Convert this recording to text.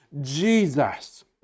Jesus